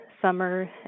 Summer